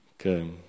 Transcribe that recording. Okay